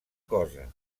cosa